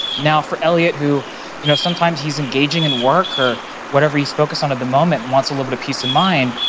now, for elliot who you know sometimes he's engaging in work or whatever he's focused on at the moment and wants a little bit peace of mind,